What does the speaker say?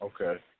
Okay